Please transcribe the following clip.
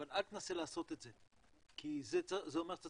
אבל אל תנסה לעשות את זה כי זה אומר שאתה